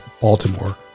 Baltimore